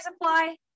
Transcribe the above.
apply